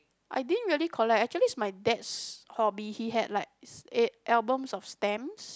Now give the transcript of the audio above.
I didn't really collect actually it's my dad's hobby he had likes eight albums of stamps